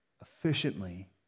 efficiently